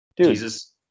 jesus